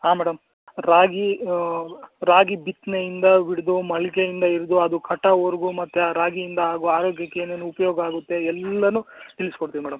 ಹಾಂ ಮೇಡಮ್ ರಾಗಿ ರಾಗಿ ಬಿತ್ತನೆಯಿಂದ ಹಿಡಿದು ಮೊಳಕೆಯಿಂದ ಹಿಡ್ದು ಅದು ಕಟಾವುವರ್ಗೂ ಮತ್ತು ಆ ರಾಗಿಯಿಂದ ಆಗುವ ಆರೋಗ್ಯಕ್ಕೆ ಏನೇನು ಉಪಯೋಗ ಆಗುತ್ತೆ ಎಲ್ಲಾನೂ ತಿಳಿಸ್ಕೊಡ್ತೀವಿ ಮೇಡಮ್